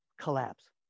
collapse